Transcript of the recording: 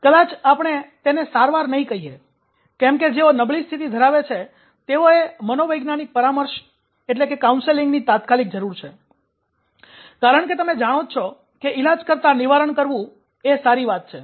કદાચ આપણે તેને સારવાર નહિ કહીએ કેમ કે જેઓ નબળી સ્થિતિ ધરાવે છે તેઓને મનોવૈજ્ઞાનીક પરામર્શ ની તાત્કાલિક જરૂર છે કારણ કે તમે જાણો જ છો કે ઇલાજ કરતાં નિવારણ કરવું પાણી પહેલા પાળ બાંધવી એ સારી વાત છે